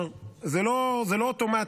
זה לא אוטומטי.